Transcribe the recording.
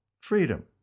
freedom